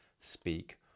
speak